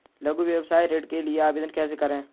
लघु व्यवसाय ऋण के लिए आवेदन कैसे करें?